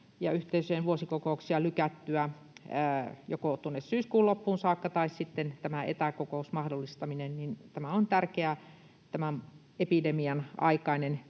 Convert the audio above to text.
ja yhteisöjen vuosikokouksia joko lykättyä tuonne syyskuun loppuun saakka tai sitten on tämä etäkokouksen mahdollistaminen, on tärkeä tämän epidemian aikainen